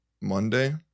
Monday